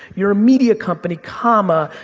you're a media company, comma,